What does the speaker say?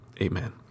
amen